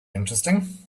interesting